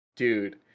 dude